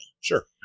Sure